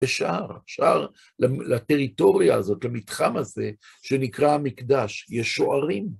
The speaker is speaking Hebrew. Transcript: ושאר, שאר לטריטוריה הזאת, למתחם הזה, שנקרא המקדש, יש שוערים.